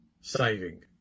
saving